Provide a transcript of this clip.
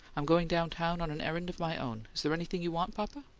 i'm going down-town on an errand of my own. is there anything you want, papa?